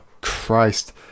Christ